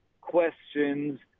questions